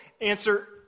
answer